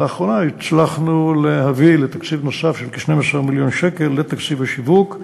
לאחרונה הצלחנו להביא תקציב נוסף של כ-12 מיליון שקל לתקציב השיווק,